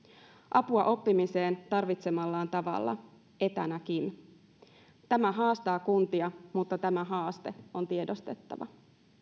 apua oppimiseen tarvitsemallaan tavalla etänäkin tämä haastaa kuntia mutta tämä haaste on tiedostettava